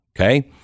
Okay